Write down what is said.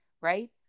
Right